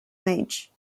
midge